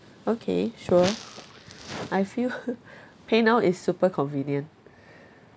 okay sure I feel paynow is super convenient